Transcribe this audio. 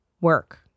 work